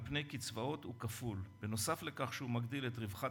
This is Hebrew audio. תצטרכו בנוסף לכל אשר תכו בגללו על